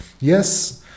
Yes